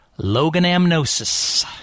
Loganamnosis